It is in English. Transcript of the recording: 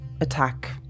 attack